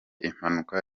impanuka